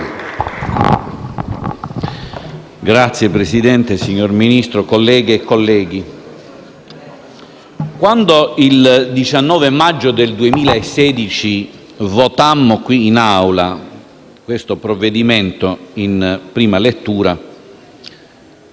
Signor Presidente, signor Ministro, colleghe e colleghi, quando il 24 maggio 2016 votammo qui in Aula questo provvedimento in prima lettura,